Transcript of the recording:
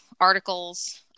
articles